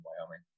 Wyoming